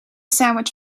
sandwich